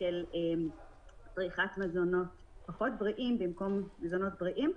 של בריחת מזונות פחות בריאים במקום מזונות בריאים,